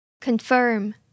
Confirm